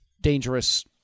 dangerous